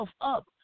up